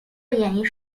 演艺